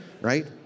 right